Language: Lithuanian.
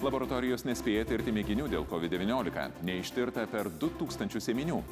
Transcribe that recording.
laboratorijos nespėja tirti mėginių dėl covid devyniolika neištirta per du tūkstančius ėminių